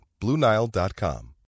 BlueNile.com